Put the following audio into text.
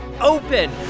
open